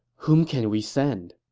whom can we send?